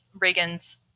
Reagan's